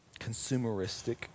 consumeristic